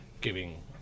giving